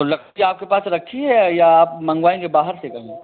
तो लकड़ी आपके पास रखी है या आप मंगवाएंगे बाहर से कहीं